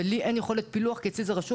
ולי אין יכולת פילוח כי אצלי זה רשום